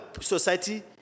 society